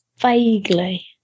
Vaguely